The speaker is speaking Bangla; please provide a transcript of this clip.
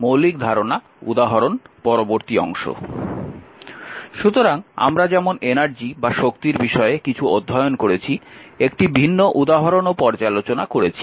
মৌলিক ধারণা উদাহরণ পরবর্তী অংশ সুতরাং আমরা যেমন শক্তির বিষয়ে কিছু অধ্যয়ন করেছি একটি ভিন্ন উদাহরণও পর্যালোচনা করেছি